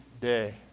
day